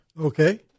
Okay